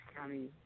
County